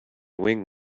wing